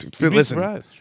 Listen